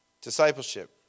Discipleship